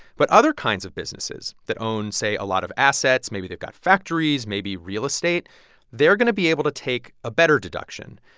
but other kinds of businesses that own, say, a lot of assets maybe they've got factories, maybe real estate they're going to be able to take a better deduction.